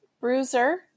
Bruiser